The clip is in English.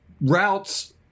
routes